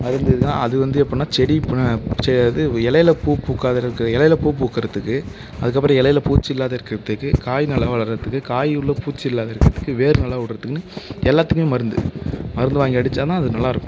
அது வந்து என்னன்னால் அது வந்து எப்புடின்னா செ இது இலைல பூ பூக்காது அதுக்கு இலைல பூ பூக்கறத்துக்கு அதுக்கப்புறம் இலைல பூச்சி இல்லாத இருக்குறத்துக்கு காய் நல்லா வரத்துக்கு காய் உள்ளே பூச்சி இல்லாத இருக்குறத்துக்கு வேர் நல்லா விடுறத்துக்குன்னு எல்லாத்துக்குமே மருந்து மருந்து வாங்கி அடித்தோன்னா அது நல்லாயிருக்கும்